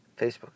Facebook